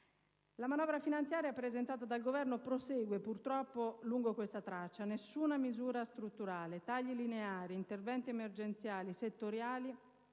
La manovra finanziaria presentata dal Governo prosegue, purtroppo, lungo questa traccia: nessuna misura strutturale, tagli lineari, interventi emergenziali, settoriali